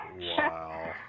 Wow